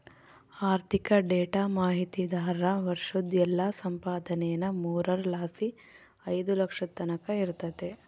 ಆರ್ಥಿಕ ಡೇಟಾ ಮಾಹಿತಿದಾರ್ರ ವರ್ಷುದ್ ಎಲ್ಲಾ ಸಂಪಾದನೇನಾ ಮೂರರ್ ಲಾಸಿ ಐದು ಲಕ್ಷದ್ ತಕನ ಇರ್ತತೆ